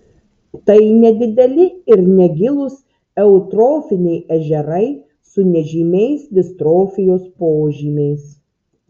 tai nedideli ir negilūs eutrofiniai ežerai su nežymiais distrofijos požymiais